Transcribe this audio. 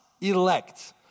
elect